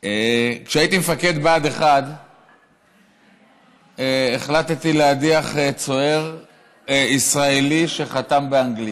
כשהייתי מפקד בה"ד 1 החלטתי להדיח צוער ישראלי שחתם באנגלית,